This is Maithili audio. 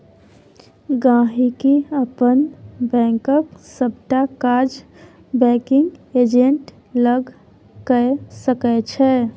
गांहिकी अपन बैंकक सबटा काज बैंकिग एजेंट लग कए सकै छै